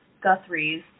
Guthrie's